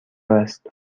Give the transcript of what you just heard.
است